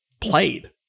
played